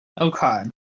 Okay